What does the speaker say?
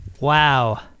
Wow